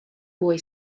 boy